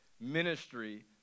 ministry